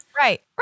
right